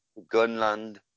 Gunland